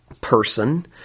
person